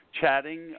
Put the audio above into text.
chatting